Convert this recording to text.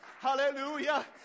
Hallelujah